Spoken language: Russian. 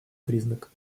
признак